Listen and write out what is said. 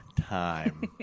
time